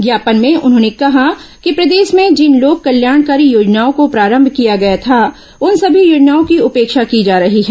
ज्ञापन में उन्होंने कहा कि प्रदेश में जिन लोक कल्याणकारी योजनाओं को प्रारंभ किया गया था उन सभी योजनाओं की उपेक्षा की जा रही है